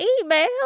email